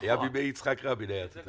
היה בימי יצחק רבין את זה.